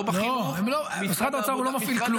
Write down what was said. לא בחינוך -- משרד האוצר לא מפעיל כלום.